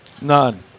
None